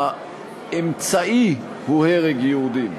האמצעי הוא הרג יהודים,